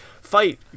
fight